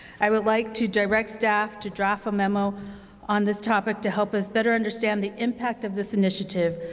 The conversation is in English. i would like to direct staff to draft a memo on this topic to help us better understand the impact of this initiative,